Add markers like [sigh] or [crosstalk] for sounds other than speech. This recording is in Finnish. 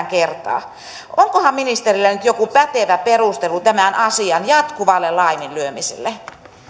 [unintelligible] kertaa onkohan ministerillä nyt joku pätevä perustelu tämän asian jatkuvalle laiminlyömiselle